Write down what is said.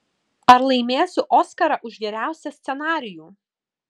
ar laimėsiu oskarą už geriausią scenarijų